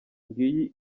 ngiyi